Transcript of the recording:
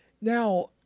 Now